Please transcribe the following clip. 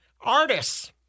Artists